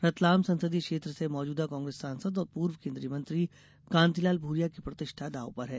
रतलाम संसदीय क्षेत्र से मौजूदा कांग्रेस सांसद और पूर्व केंद्रीय मंत्री कांतिलाल भूरिया की प्रतिष्ठा दांव पर है